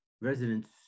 residents